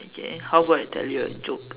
okay how about I tell you a joke